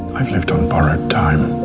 i've lived on borrowed time